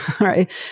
right